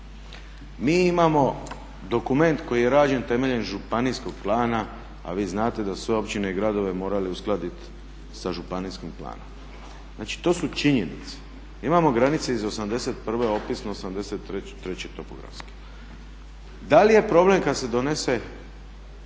Mi imamo dokument koji je rađen temeljem županijskog plana a vi znate da su sve općine i gradove morali uskladiti sa županijskim planom. Znači to su činjenice. Imamo granice iz '81., opisno '83. topografske. Da li je problem kada se donese